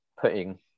putting